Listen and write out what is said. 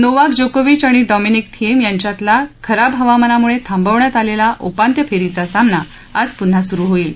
Novak जोकोविच आणि Dominic Thiem यांच्यातला खराब हवामानामुळे थांबवण्यात आलेला उपांत्य फेरीचा सामना आज पुन्हा सुरू होईल